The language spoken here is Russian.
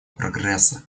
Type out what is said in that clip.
прогресса